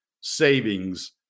savings